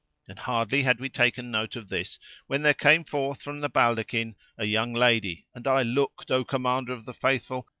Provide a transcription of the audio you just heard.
and hardly had we taken note of this when there came forth from the baldaquin a young lady and i looked, o commander of the faithful,